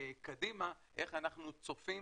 קדימה איך אנחנו צופים